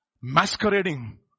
Masquerading